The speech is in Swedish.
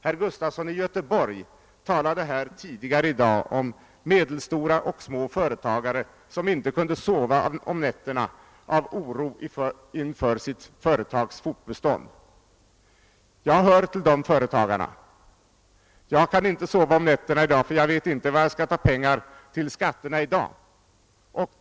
Herr Gustafson i Göteborg talade här tidigare i dag om medelstora och små företagare, som inte kan sova om nätterna av oro inför sitt företags fortbestånd. Jag hör till dessa företagare. Jag kan inte sova om nätterna därför att jag inte vet var jag skall ta pengar till skatterna. och andra utgifter.